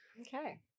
okay